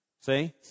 See